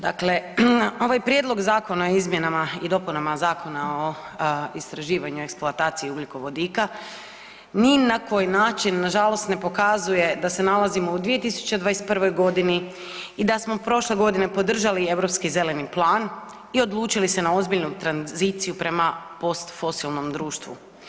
Dakle, ovaj prijedlog zakona o izmjenama i dopunama Zakona o istraživanju i eksploataciji ugljikovodika ni na koji način nažalost ne pokazuje da se nalazimo u 2021.g. i da smo prošle godine podržali Europski zeleni plan i odlučili se na ozbiljnu tranziciju prema post fosilnom društvu.